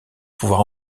pouvoir